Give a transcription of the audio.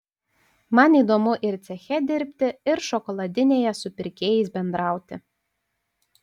man įdomu ir ceche dirbti ir šokoladinėje su pirkėjais bendrauti